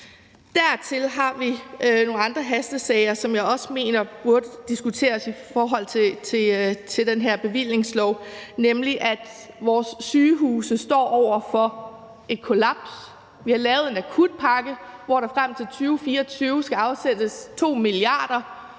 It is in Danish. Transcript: Dertil har vi nogle andre hastesager, som jeg også mener burde diskuteres i forhold til det her forslag til en bevillingslov, nemlig at vores sygehuse står over for et kollaps. Vi har lavet en akutpakke, hvor der frem til 2024 skal afsættes 2 mia. kr.